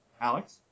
alex